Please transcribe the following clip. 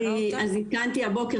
אוקיי, אז אני עדכנתי את זה היום בבוקר.